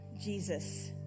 Jesus